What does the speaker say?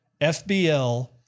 FBL